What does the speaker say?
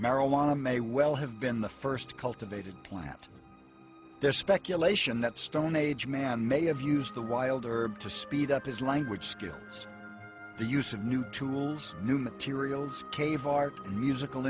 marijuana may well have been the first cultivated plant there's speculation that stone age man may have used the wild herb to speed up his language skills the use of new tools new materials cave art and musical